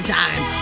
time